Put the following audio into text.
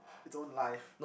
its own life